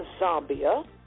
Zambia